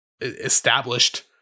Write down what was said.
established